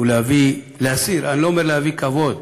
ולהביא אני לא אומר להביא כבוד,